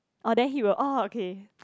orh then he will orh okay